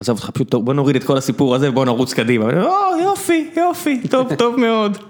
עזוב אותך פשוט טוב בוא נוריד את כל הסיפור הזה ובוא נרוץ קדימה יופי יופי טוב טוב מאוד